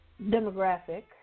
demographic